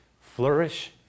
flourish